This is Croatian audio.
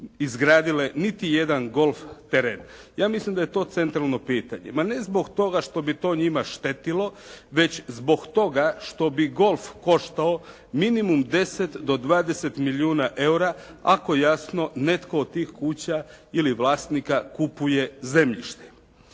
izgradile niti jedan golf teren. Ja mislim da je to centralno pitanje, ma ne zbog toga što bi to njima štetili, već zbog toga što bih golf koštao minimum 10 do 20 milijuna eura, ako jasno netko od tih kuća ili vlasnika kupuje zemljište.